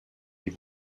die